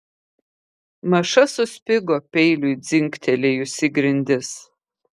maša suspigo peiliui dzingtelėjus į grindis